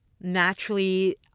naturally